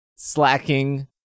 slacking